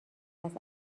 است